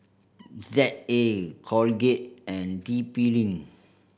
Z A Colgate and T P Link